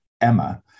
Emma